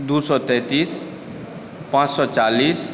दू सओ तैंतीस पाँच सओ चालीस